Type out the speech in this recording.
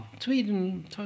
Sweden